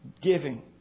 giving